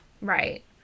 Right